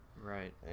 right